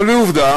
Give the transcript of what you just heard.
אבל עובדה